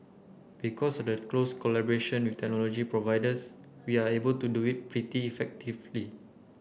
because the close collaboration with technology providers we are able to do it pretty effectively